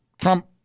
Trump